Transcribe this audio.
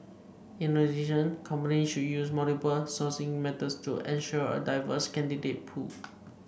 in addition companies should use multiple sourcing methods to ensure a diverse candidate pool